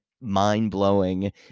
mind-blowing